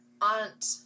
Aunt